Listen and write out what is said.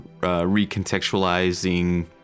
recontextualizing